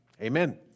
amen